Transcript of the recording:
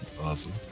Awesome